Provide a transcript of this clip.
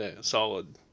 solid